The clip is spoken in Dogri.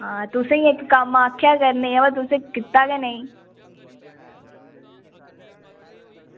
आं ते तुसेंगी इक्क कम्म आक्खेआ हा करने गी बा तुसें कीता गै नेईं